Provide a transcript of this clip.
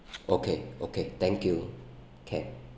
okay okay thank you can